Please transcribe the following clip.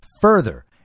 Further